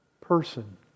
person